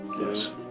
Yes